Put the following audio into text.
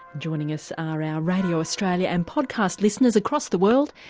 joining us are our radio australia and podcast listeners across the world,